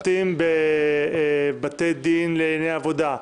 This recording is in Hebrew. שופטים בבתי דין לענייני עבודה,